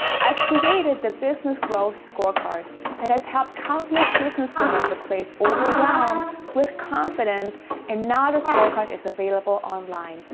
i've created the business growth scorecard that has helped countless business women. the place overwhelmed with confidence and not a scorecard is available online.